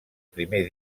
primer